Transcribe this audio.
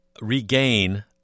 regain